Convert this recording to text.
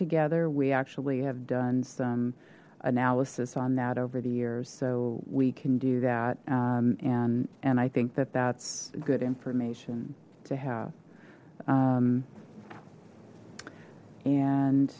together we actually have done some analysis on that over the years so we can do that and and i think that that's good information to have